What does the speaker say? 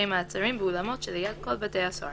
תפקע ההכרזה".